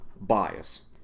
bias